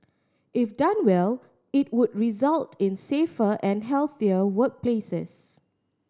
if done well it would result in safer and healthier workplaces